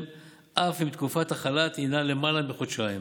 אף אם תקופת החל"ת היא למעלה מחודשיים